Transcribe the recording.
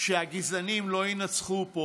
שהגזענים לא ינצחו פה.